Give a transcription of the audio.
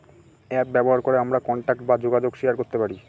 app ব্যবহার করে আমরা কন্টাক্ট বা যোগাযোগ শেয়ার করতে পারি